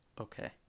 Okay